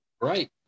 right